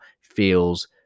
feels